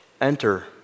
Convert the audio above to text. Enter